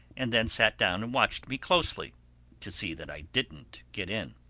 and then sat down and watched me closely to see that i didn't get in.